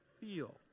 feel